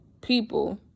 people